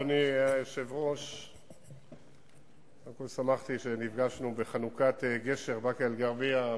קודם כול שמחתי שנפגשנו בחנוכת גשר באקה-אל-ע'רביה,